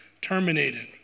terminated